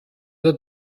der